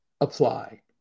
apply